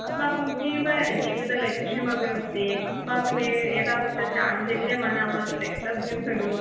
अस्माकं जीव जीवितलक्ष्यमपि अस्ति अस्माकम् एतादृशः चाञ्चल्यमनः त्यक्तव्यः खलु